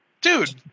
Dude